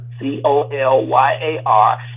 C-O-L-Y-A-R